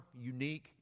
unique